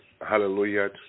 Hallelujah